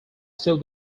still